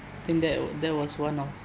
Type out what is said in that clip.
think that that was one of